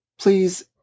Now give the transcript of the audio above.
Please